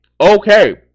Okay